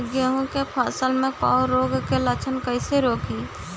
गेहूं के फसल में कवक रोग के लक्षण कईसे रोकी?